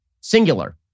singular